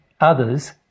others